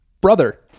brother